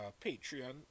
Patreon